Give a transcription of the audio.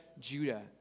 Judah